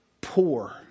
poor